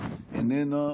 איננה,